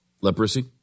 Leprosy